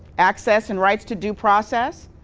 access and rights to due process.